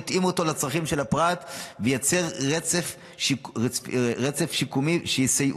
יתאים אותו לצרכים של הפרט וייצר רצף שיקומי שיסייע